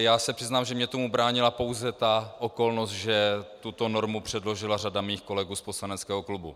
Já se přiznám, že mně tomu bránila pouze ta okolnost, že tuto normu předložila řada mých kolegů z poslaneckého klubu.